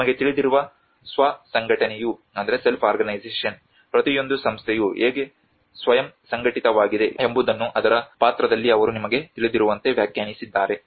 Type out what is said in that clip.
ನಿಮಗೆ ತಿಳಿದಿರುವ ಸ್ವ ಸಂಘಟನೆಯು ಪ್ರತಿಯೊಂದು ಸಂಸ್ಥೆಯು ಹೇಗೆ ಸ್ವಯಂ ಸಂಘಟಿತವಾಗಿದೆ ಎಂಬುದನ್ನು ಅದರ ಪಾತ್ರದಲ್ಲಿ ಅವರು ನಿಮಗೆ ತಿಳಿದಿರುವಂತೆ ವ್ಯಾಖ್ಯಾನಿಸಿದ್ದಾರೆ